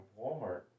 Walmart